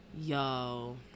Yo